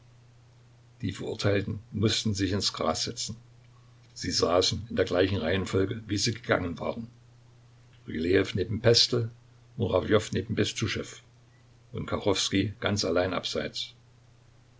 die verurteilten mußten sich ins gras setzen sie saßen in der gleichen reihenfolge wie sie gegangen waren rylejew neben pestel murawjow neben bestuschew und kachowskij ganz allein abseits